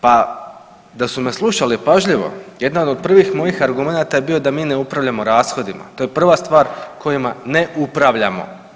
Pa, da su me slušali pažljivo jedan od prvih mojih argumenata je bio da mi ne upravljamo rashodima, to je prva stvar kojima ne upravljamo.